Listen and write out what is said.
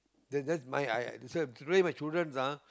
that's that's my I I that's why three of my childrens ah